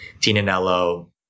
Tinanello